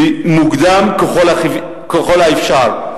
ומוקדם ככל האפשר.